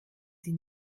sie